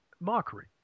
mockery